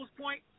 point